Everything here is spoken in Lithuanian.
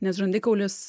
nes žandikaulis